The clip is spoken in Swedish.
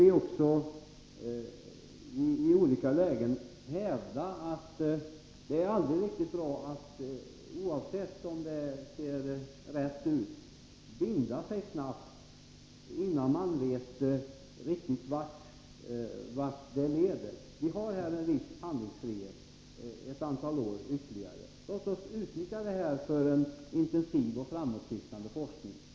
Vi har i olika lägen hävdat att det aldrig är riktigt bra, även om det kan verka rätt, att binda sig snabbt innan man riktigt vet vart det hela leder. Vi har här en viss handlingsfrihet ett antal år ytterligare. Låt oss då utnyttja det för en intensiv och framåtsyftande forskning.